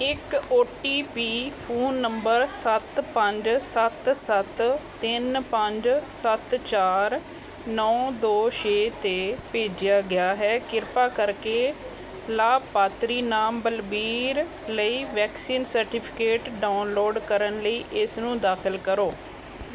ਇੱਕ O T P phone number ਸੱਤ ਪੰਜ ਸੱਤ ਸੱਤ ਤਿੰਨ ਪੰਜ ਸੱਤ ਚਾਰ ਨੌਂ ਦੋ ਛੇ 'ਤੇ ਭੇਜਿਆ ਗਿਆ ਹੈ ਕਿਰਪਾ ਕਰਕੇ ਲਾਭਪਾਤਰੀ ਨਾਮ ਬਲਬੀਰ ਲਈ ਵੈਕਸੀਨ ਸਰਟੀਫਿਕੇਟ ਡਾਊਨਲੋਡ ਕਰਨ ਲਈ ਇਸਨੂੰ ਦਾਖਲ ਕਰੋ